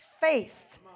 faith